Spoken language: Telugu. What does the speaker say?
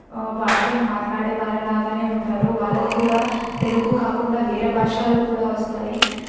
భాషలు మాట్లాడే వారి లాగానే ఉంటారు వాళ్ళకి కూడా తెలుగు కాకుండా వేరే భాషలు కూడా వస్తాయి